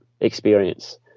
experience